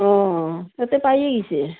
অঁ অঁ তাতে পায়ে আহিছে